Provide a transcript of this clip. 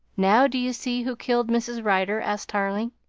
now, do you see who killed mrs. rider? asked tarling.